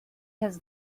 has